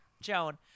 Joan